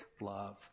love